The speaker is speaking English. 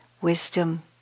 wisdom